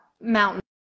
mountain